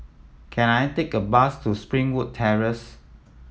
can I take a bus to Springwood Terrace